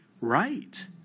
right